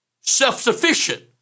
self-sufficient